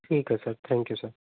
ठीक है sir thank you sir